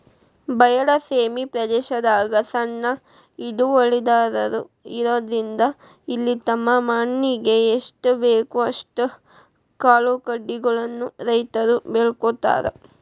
ಬಯಲ ಸೇಮಿ ಪ್ರದೇಶದಾಗ ಸಣ್ಣ ಹಿಡುವಳಿದಾರರು ಇರೋದ್ರಿಂದ ಇಲ್ಲಿ ತಮ್ಮ ಮನಿಗೆ ಎಸ್ಟಬೇಕೋ ಅಷ್ಟ ಕಾಳುಕಡಿಗಳನ್ನ ರೈತರು ಬೆಳ್ಕೋತಾರ